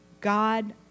God